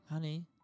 Honey